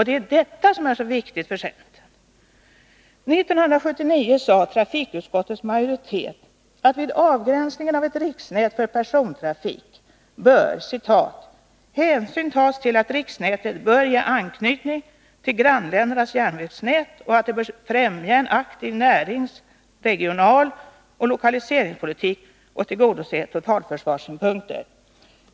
Det är detta som är så viktigt för centern. 1979 sade trafikutskottets majoritet att vid avgränsningen av ett riksnät för persontrafik bör ”hänsyn tas till att riksnätet bör ge anknytning till grannländernas järnvägsnät och att det bör främja en aktiv närings-, regionaloch lokaliseringspolitik och tillgodose totalförsvarssynpunkter”.